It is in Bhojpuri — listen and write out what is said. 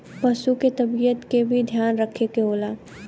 पसु क तबियत के भी ध्यान रखे के होला